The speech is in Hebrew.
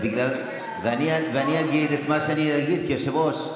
ואני אגיד את מה שאגיד כיושב-ראש.